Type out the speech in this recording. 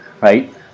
right